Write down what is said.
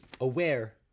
aware